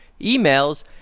emails